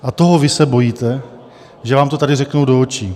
A toho vy se bojíte, že vám to tady řeknou do očí.